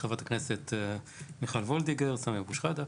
חברת הכנסת מיכל וולדיגר, סמי אבו שחאדה.